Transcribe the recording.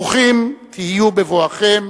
ברוכים תהיו בבואכם